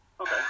okay